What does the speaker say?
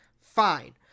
Fine